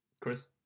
Chris